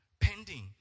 pending